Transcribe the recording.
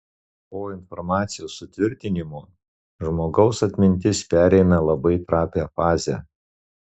po informacijos sutvirtinimo žmogaus atmintis pereina labai trapią fazę